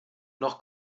noch